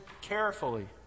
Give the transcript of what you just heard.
carefully